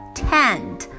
tent